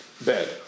bed